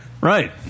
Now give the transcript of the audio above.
Right